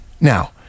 Now